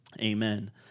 Amen